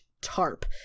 tarp